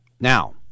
Now